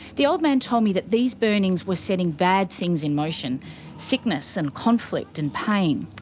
the old man told me that these burnings were setting bad things in motion, sickness, and conflict and pain.